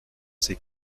ses